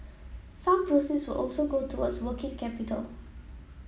some proceeds will also go towards working capital